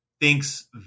Thinks